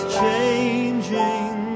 changing